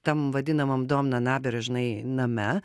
tam vadinamam dom na naber žinai name